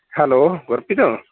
hello Gurpreet